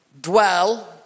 Dwell